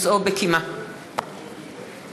בקימה את נשיא המדינה ביוצאו.